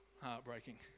heartbreaking